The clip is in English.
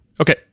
okay